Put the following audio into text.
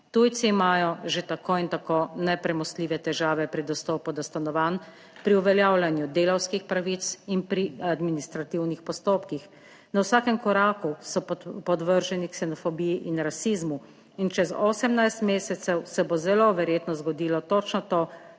Tujci imajo že tako in tako nepremostljive težave pri dostopu do stanovanj, pri uveljavljanju delavskih pravic in pri administrativnih postopkih. Na vsakem koraku so podvrženi ksenofobiji in rasizmu in čez 18 mesecev se bo zelo verjetno zgodilo točno to,